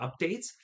updates